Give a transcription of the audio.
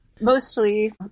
mostly